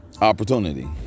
Opportunity